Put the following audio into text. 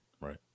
Right